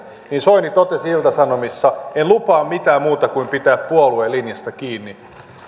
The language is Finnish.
soini totesi ilta sanomissa en lupaa mitään muuta kuin pitää puolueen linjasta kiinni